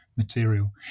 material